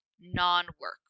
non-work